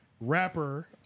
rapper